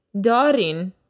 darin